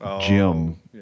gym